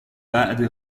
بعد